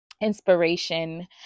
inspiration